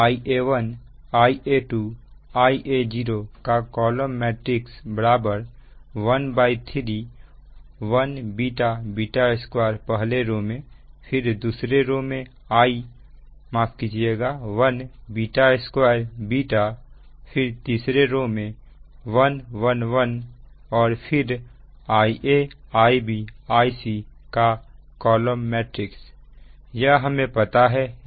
Ia1 Ia2 Ia0 131 2 1 2 1 1 1 Ia Ib Ic यह हमें पता है